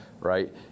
right